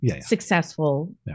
successful